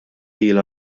ilha